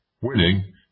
winning